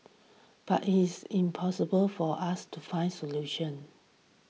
but it's impossible for us to find solutions